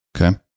Okay